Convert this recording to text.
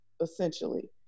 essentially